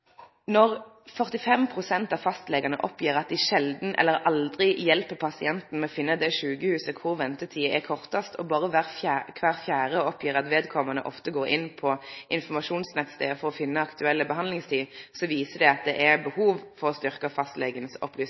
eller aldri hjelper pasienten til å finne det sjukehuset der ventetida er kortast, og berre kvar fjerde oppgjev at vedkomande ofte går inn på informasjonsnettstaden for å finne aktuell behandlingsstad, viser det at det er behov for å